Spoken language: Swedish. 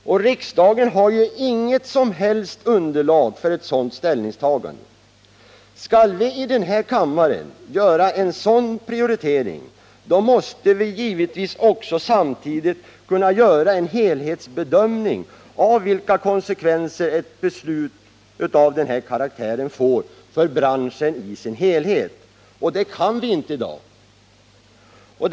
Riksdagen har inget som helst underlag för ett sådant ställningstagande. Skall vi i den här kammaren göra en sådan prioritering, måste vi givetvis kunna göra en helhetsbedömning av konsekvenserna för branschen i dess helhet av ett beslut av den här karaktären. En sådan helhetsbedömning kan vi i dag inte göra.